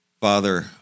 Father